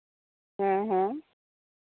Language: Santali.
ᱦᱮᱸ ᱦᱮᱸ